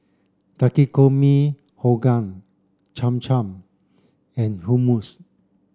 Takikomi Gohan Cham Cham and Hummus